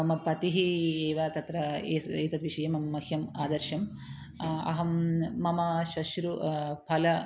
मम पतिः एव तत्र इस् एतद् विषये मम मह्यम् आदर्शः अहं मम श्वश्रूः फल